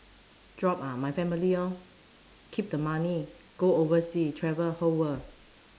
drop ah my family lor keep the money go oversea travel whole world